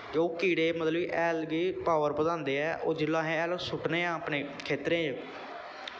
ते ओह् कीड़े मतलब कि हैल गी पावर बधांदे ऐ होर ओह् जेल्लै हैल अस सुट्टने आं अपने खेत्तरें च